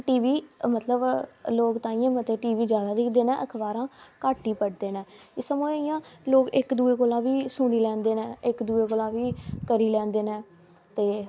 T V मतलब लोग ताहियें मते टी वी जादा दिक्खदे न ते अखबारां घट्ट ई पढ़दे न एह् समां इ'यां लोग इक दूऐ कोला बी सुनी लैंदे न इक दूऐ कोला बी करी लैंदे न ते